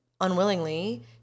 unwillingly